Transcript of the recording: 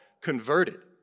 converted